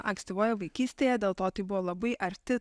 ankstyvoje vaikystėje dėl to tai buvo labai arti